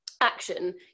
action